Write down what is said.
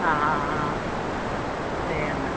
ആ ആ ആ ചെയ്യുന്നു